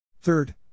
Third